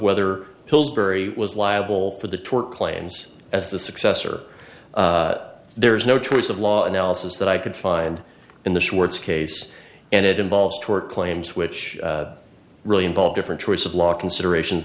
whether pillsbury was liable for the tort claims as the successor there is no choice of law analysis that i could find in the schwartz case and it involves tort claims which really involve different sorts of law considerations